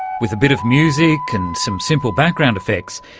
with a bit of music and some simple background effects,